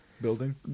building